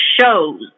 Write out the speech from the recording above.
shows